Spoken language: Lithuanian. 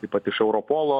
taip pat iš europolo